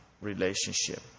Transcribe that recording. relationship